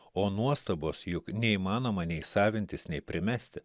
o nuostabos juk neįmanoma nei savintis nei primesti